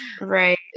Right